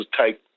take